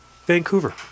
Vancouver